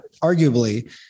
Arguably